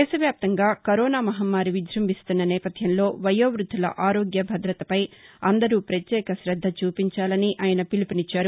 దేశవ్యాప్తంగా కరోనా మహమ్మారి విజ్బంభిస్తున్న నేపథ్యంలో వయోవృద్దుల ఆరోగ్య భద్రతపై అందరూ ప్రత్యేక కద్ద చూపించాలని ఆయన పిలుపునిచ్చారు